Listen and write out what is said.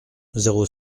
zéro